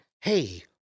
hey